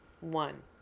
one